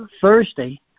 Thursday